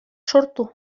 sortu